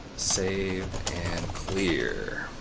save and clear.